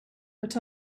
but